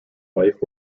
wife